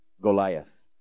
Goliath